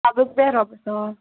اَدٕ حظ بیٚہہ رۄبَس سوال